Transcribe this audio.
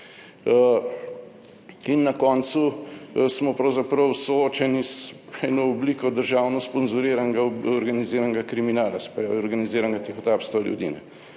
In na koncu smo pravzaprav soočeni z eno obliko državno sponzoriranega organiziranega kriminala, se pravi organiziranega tihotapstva ljudi